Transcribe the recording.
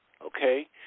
okay